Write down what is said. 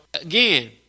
again